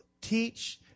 teach